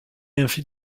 ainsi